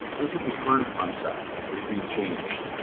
this is the current concept, it's been changed,